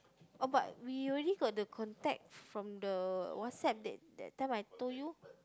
oh but we already got the contact from the WhatsApp last time I told you